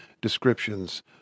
descriptions